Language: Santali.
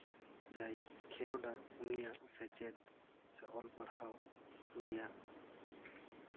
ᱡᱟᱦᱟᱸᱭ ᱠᱷᱮᱞᱳᱰᱟ ᱩᱱᱤᱭᱟᱜ ᱥᱮᱪᱮᱫ ᱥᱮ ᱚᱞ ᱯᱟᱲᱦᱟᱣ ᱩᱱᱤᱭᱟᱜ